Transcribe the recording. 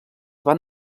van